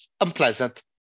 unpleasant